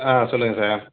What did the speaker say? ஆ சொல்லுங்க சார்